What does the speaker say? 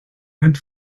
and